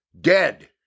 dead